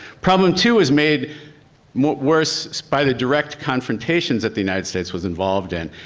problem two is made worse by the direct confrontations that the united states was involved in,